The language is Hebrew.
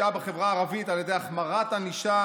היא החליטה גם להעלות שורה ארוכה של מיסים,